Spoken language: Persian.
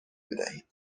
بدهید